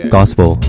Gospel